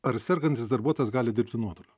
ar sergantis darbuotojas gali dirbti nuotoliu